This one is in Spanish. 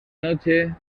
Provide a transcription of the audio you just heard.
noche